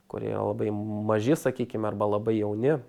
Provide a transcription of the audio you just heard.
kurie labai maži sakykim arba labai jauni